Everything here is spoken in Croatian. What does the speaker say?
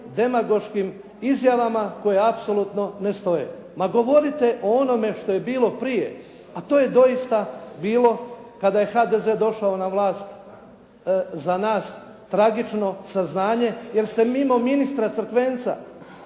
demagoškim izjavama koje apsolutno ne stoje. Ma govorite o onome što je bilo prije a to je doista bilo kada je HDZ došao na vlast za nas tragično saznanje jer ste mimo ministra Crkvenca